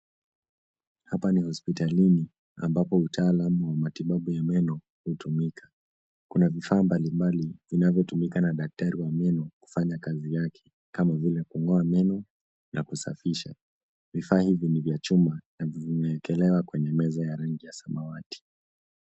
Hapa ni hospitalini ambapo utaalamu wa matibabu ya meno hutumika. Kuna vifaa mbalimbali vinavyotumika na daktari wa meno kufanya kazi yake kama vile kungo'a meno na kusafisha. Vifaa hivi ni vya chuma na vimewekelewa kwenye meza ya rangi ya samawati.